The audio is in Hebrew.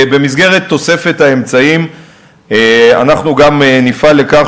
במסגרת תוספת האמצעים אנחנו גם נפעל לכך